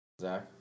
Zach